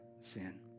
sin